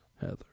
heather